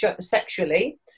sexually